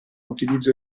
utilizzo